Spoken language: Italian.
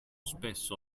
spesso